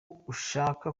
ushaka